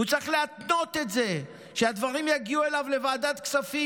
את זה נפתור בעתיד.